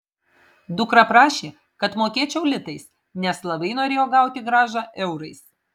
dukra prašė kad mokėčiau litais nes labai norėjo gauti grąžą eurais